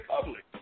public